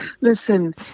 Listen